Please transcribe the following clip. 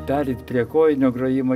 dar ir prie kojinio grojimo